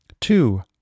Two